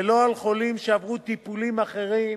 ולא על חולים שעברו טיפולים אחרים,